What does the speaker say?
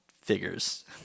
figures